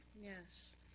Yes